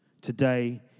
today